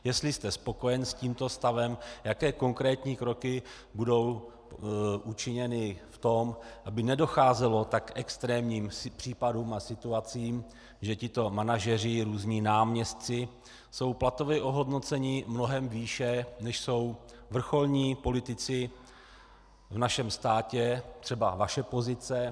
Jestli jste spokojen s tímto stavem a jaké konkrétní kroky budou učiněny v tom, aby nedocházelo k tak extrémním případům a situacím, že tito manažeři, různí náměstci, jsou platově ohodnoceni mnohem výše, než jsou vrcholní politici v našem státě třeba vaše pozice.